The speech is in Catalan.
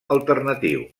alternatiu